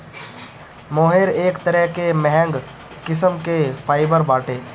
मोहेर एक तरह कअ महंग किस्म कअ फाइबर बाटे